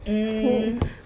mm